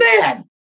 man